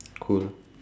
cool